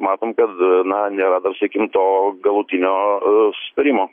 matom kad na nėra dar sakykim to galutinio susitarimo